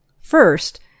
First